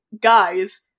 guys